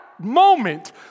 moment